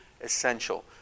essential